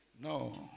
No